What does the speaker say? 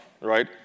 right